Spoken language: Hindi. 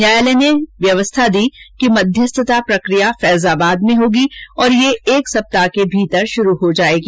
न्यायालय ने व्यवस्था दी कि मध्यस्थता प्रक्रिया फैजाबाद में होगी और यह एक सप्ताह के भीतर शुरू हो जाएगी